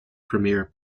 premier